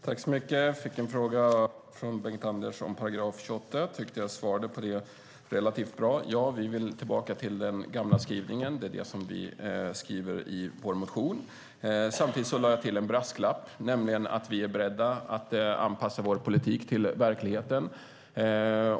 Fru talman! Jag fick en fråga från Bengt-Anders om § 28. Jag tyckte att jag svarade på det relativt bra. Ja, vi vill tillbaka till den gamla skrivningen. Det är det som vi skriver i vår motion. Samtidigt lade jag till en brasklapp, nämligen att vi är beredda att anpassa vår politik till verkligheten.